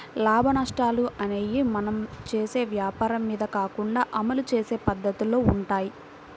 లాభనష్టాలు అనేయ్యి మనం చేసే వ్వాపారం మీద కాకుండా అమలు చేసే పద్దతిలో వుంటయ్యి